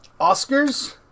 Oscars